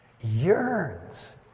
yearns